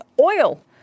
Oil